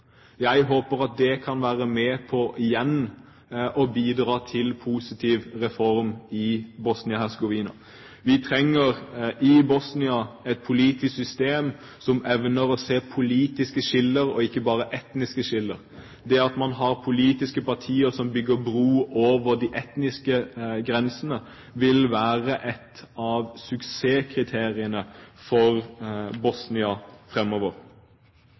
Jeg håper at det kan være med på igjen å bidra til en positiv reform i Bosnia-Hercegovina. Man trenger i Bosnia et politisk system som evner å se politiske skiller, ikke bare etniske skiller. Det at man har politiske partier som bygger broer over de etniske grensene, vil være et av suksesskriteriene for Bosnia